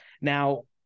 Now